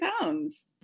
pounds